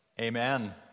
Amen